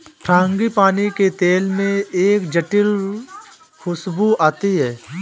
frangipani के तेल में एक जटिल खूशबू आती है